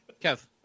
Kev